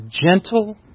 gentle